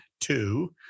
two